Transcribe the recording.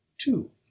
two